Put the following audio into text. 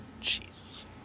Jesus